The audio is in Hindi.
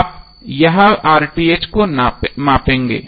आप यहां को मापेंगे